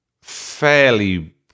fairly